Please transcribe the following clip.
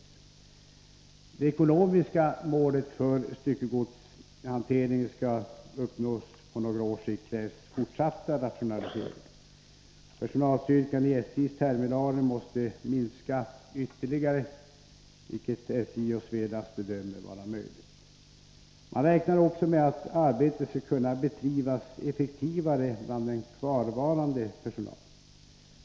För att det ekonomiska målet för styckegodshanteringen 21 november 1983 skall uppnås på några års sikt krävs fortsatta rationaliseringar. Personalstyrkan vid SJ:s terminaler måste minska ytterligare, vilket SJ och Svelast Om prissättningen bedömer vara möjligt. Man räknar också med att arbetet skall kunna = viddetav SJ ägda bedrivas effektivare bland den kvarvarande personalen.